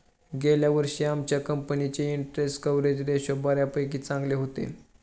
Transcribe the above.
गेल्या वर्षी आमच्या कंपनीचे इंटरस्टेट कव्हरेज रेशो बऱ्यापैकी चांगले होते